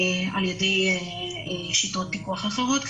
על ידי שיטות פיקוח אחרות,